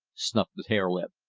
snuffed the harelip.